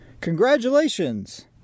Congratulations